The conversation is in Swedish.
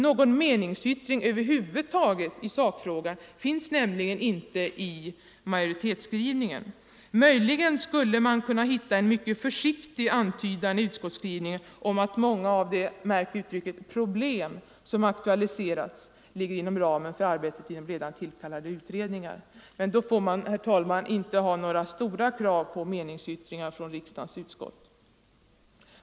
Någon meningsyttring över huvud taget i sakfrågan finns nämligen inte i majoritetsskrivningen. Möjligen skulle man kunna hitta en mycket försiktig antydan i utskottsskrivningen om att många av de, märk uttrycket, ”problem” som aktualiserats ligger inom ramen för arbetet inom redan tillkallade utredningar. Men då får man, herr talman, inte ha några stora krav på meningsyttringar från riksdagens utskott.